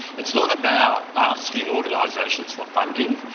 it's not about asking organisations for funding,